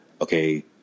okay